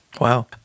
Wow